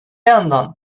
yandan